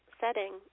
setting